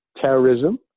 terrorism